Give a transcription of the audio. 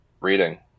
reading